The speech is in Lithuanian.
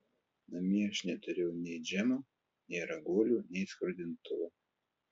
namie aš neturėjau nei džemo nei raguolių nei skrudintuvo